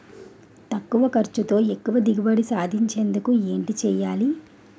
తక్కువ ఖర్చుతో ఎక్కువ దిగుబడి సాధించేందుకు ఏంటి చేయాలి?